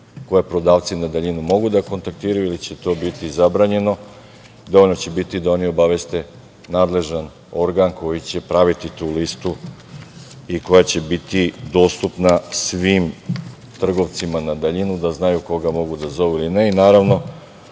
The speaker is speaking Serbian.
koje prodavci na daljinu mogu da kontaktiraju ili će to biti zabranjeno. Dovoljno će biti da oni obaveste nadležan organ koji će praviti tu listu i koja će biti dostupna svim trgovcima na daljinu, da znaju koga mogu da zovu ili ne, i one